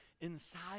inside